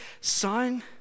son